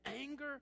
anger